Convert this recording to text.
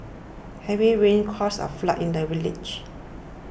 heavy rains caused a flood in the village